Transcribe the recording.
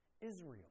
israel